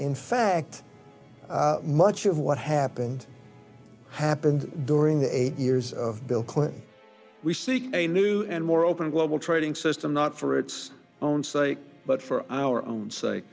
in fact much of what happened happened during the eight years of bill clinton we seek a new and more open global trading system not for its own sake but for our own sake